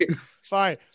fine